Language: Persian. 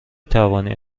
توانی